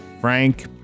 frank